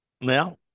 now